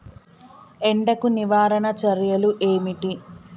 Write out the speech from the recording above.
ఎండకు నివారణ చర్యలు ఏమిటి?